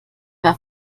war